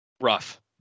rough